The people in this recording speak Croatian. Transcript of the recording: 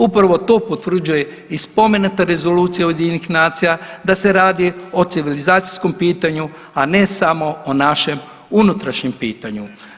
Upravo to potvrđuje i spomenuta Rezolucija UN-a da se radi o civilizacijskom pitanju, a ne samo o našem unutrašnjem pitanju.